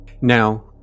now